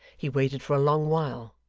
he waited for a long while,